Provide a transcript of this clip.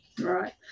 Right